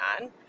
on